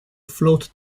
float